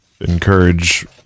encourage